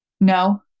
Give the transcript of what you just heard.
No